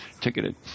ticketed